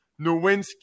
Nowinski